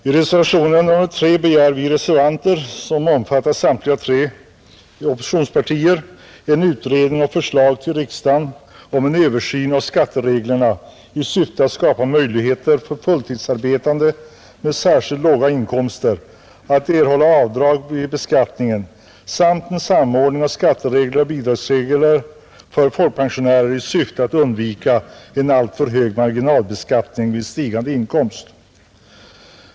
I reservationen 3 begär vi reservanter som omfattar samtliga tre oppositionspartier en utredning och förslag till riksdagen om en översyn av skattereglerna i syfte att skapa möjligheter för fulltidsarbetande med särskilt låga inkomster att erhålla avdrag vid beskattningen samt en samordning av skatteregler och bidragsregler för folkpensionärer i syfte att undvika en alltför hög marginalbeskattning vid stigande inkomst.